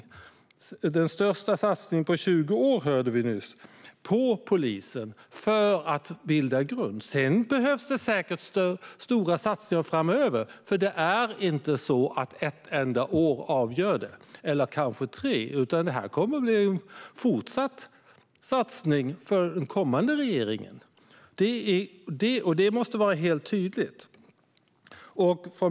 Det är den största satsningen på 20 år, hörde vi nyss, på polisen. Sedan behövs säkert stora satsningar framöver. Det är inte så att ett enda år, eller kanske tre år, är avgörande, utan den kommande regeringen ska fortsätta satsningen. Det måste vara helt tydligt.